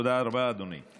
תודה רבה, אדוני.